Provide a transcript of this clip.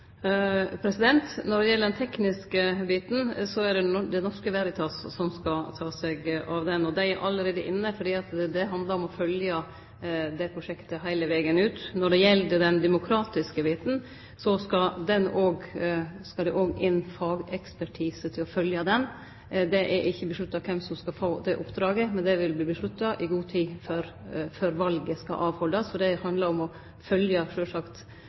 Når det gjeld den tekniske biten, er det Det Norske Veritas som skal ta seg av han. Dei er allereie inne, for det handlar om å følgje det prosjektet heile vegen ut. Når det gjeld den demokratiske biten, skal det òg inn fagekspertise til å følgje han. Det er ikkje avgjort kven som skal få det oppdraget, men det vil verte avgjort i god tid før valet skal haldast, for det handlar sjølvsagt om å